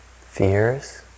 Fears